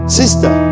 sister